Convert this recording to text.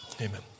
Amen